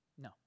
No